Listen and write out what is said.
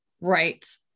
right